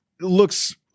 looks